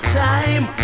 time